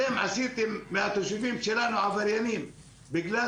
אתם עשיתם מהתושבים שלנו עבריינים בגלל